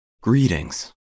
Greetings